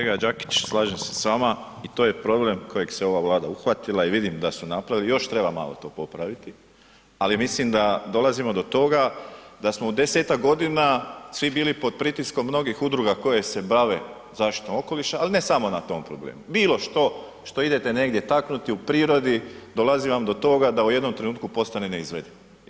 Kolega Đakić slažem se s vama i to je problem kojeg se ova Vlada uhvatila i vidim da su napravili i još treba malo to popraviti, ali mislim da dolazimo do toga da smo u 10-tak godina svi bili pod pritiskom mnogih udruga koje se bave zaštitom okoliša, ali ne samo na tom problemu, bilo što što idete negdje taknuti u prirodi dolazi vam do toga da u jednom trenutku postane neizvedivo.